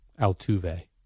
Altuve